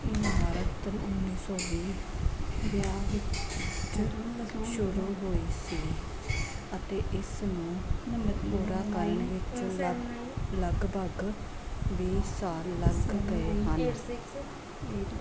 ਇਮਾਰਤ ਉੱਨੀ ਸੌ ਵੀਹ ਵਿਆ ਵਿੱਚ ਸ਼ੁਰੂ ਹੋਈ ਸੀ ਅਤੇ ਇਸ ਨੂੰ ਪੂਰਾ ਕਰਨ ਵਿੱਚ ਲਗ ਲਗਭਗ ਵੀਹ ਸਾਲ ਲੱਗ ਗਏ ਹਨ